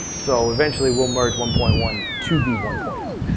so eventually we'll merge one point one to be one point um